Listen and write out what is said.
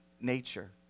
nature